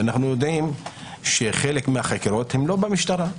אנו יודעים שחלק מהחקירות לא במשטרה.